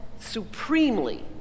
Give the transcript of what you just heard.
supremely